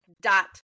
dot